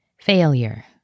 Failure